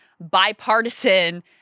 bipartisan